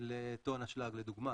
לטון אשלג, לדוגמה.